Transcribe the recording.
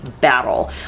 battle